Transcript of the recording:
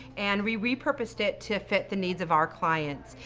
and we repurposed it to fit the needs of our clients.